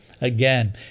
Again